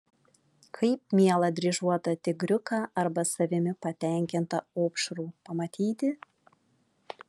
kaip mielą dryžuotą tigriuką arba savimi patenkintą opšrų pamatyti